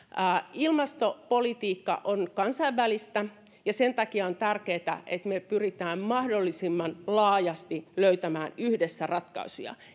ilmastopolitiikka on kansainvälistä ja sen takia on tärkeätä että me pyrimme mahdollisimman laajasti löytämään yhdessä ratkaisuja